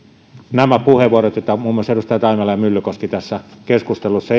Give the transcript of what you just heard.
nämä puheenvuorot joita muun muassa edustajat taimela ja myllykoski tässä keskustelussa